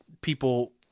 people